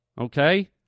Okay